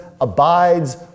abides